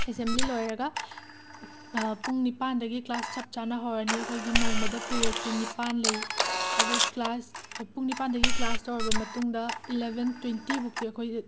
assembly ꯂꯣꯏꯔꯒ ꯄꯨꯡ ꯅꯤꯄꯥꯟꯗꯒꯤ ꯀ꯭ꯂꯥꯁ ꯆꯞ ꯆꯥꯅ ꯍꯧꯔꯅꯤ ꯑꯩꯈꯣꯏꯒꯤ ꯅꯣꯡꯃꯗ ꯄꯤꯔꯠꯁꯦ ꯅꯤꯄꯥꯟ ꯂꯩ ꯑꯗꯣ ꯀ꯭ꯂꯥꯁ ꯄꯨꯡ ꯅꯤꯄꯥꯟꯗꯒꯤ ꯀ꯭ꯂꯥꯁ ꯇꯧꯔꯕ ꯃꯇꯨꯡꯗ ꯏꯂꯕꯦꯟ ꯇꯣꯏꯟꯇꯤꯕꯨꯛꯇꯤ ꯑꯩꯈꯣꯏ ꯑꯦ